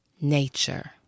nature